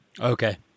Okay